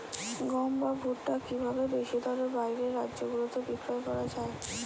গম বা ভুট্ট কি ভাবে বেশি দরে বাইরের রাজ্যগুলিতে বিক্রয় করা য়ায়?